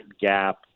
gap